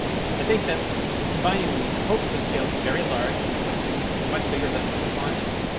i think that combining them, we can hopefully scale to very large. so things much bigger than what spaun is.